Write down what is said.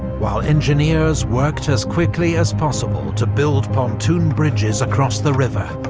while engineers worked as quickly as possible to build pontoon bridges across the river,